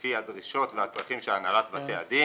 לפי הדרישות והצרכים של הנהלת בתי הדין